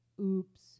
Oops